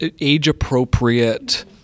age-appropriate